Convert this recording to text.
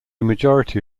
majority